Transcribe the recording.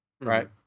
right